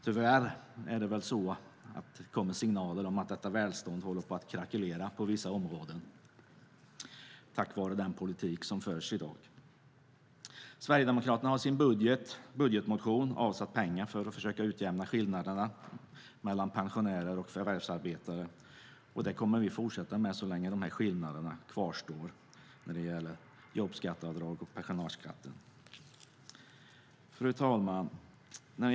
Tyvärr kommer det signaler om att detta välstånd håller på att krackelera på vissa områden på grund av den politik som förs i dag. Sverigedemokraterna har i sin budgetmotion avsatt pengar för att försöka utjämna skillnaderna i beskattningen av pensioner och förvärvsarbete, och det kommer vi att fortsätta med så länge skillnaderna kvarstår när det gäller jobbskatteavdraget och pensionärsskatten. Fru talman!